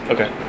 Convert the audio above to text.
Okay